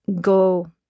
go